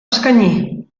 eskaini